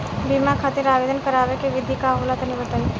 बीमा खातिर आवेदन करावे के विधि का होला तनि बताईं?